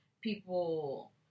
people